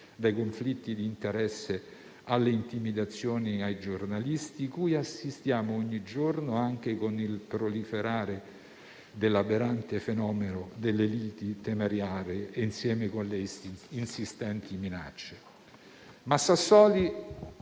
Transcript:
dai conflitti d'interesse alle intimidazioni ai giornalisti, cui assistiamo ogni giorno anche con il proliferare dell'aberrante fenomeno delle liti e, insieme, con le insistenti minacce.